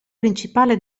principale